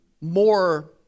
more